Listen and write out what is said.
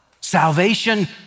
salvation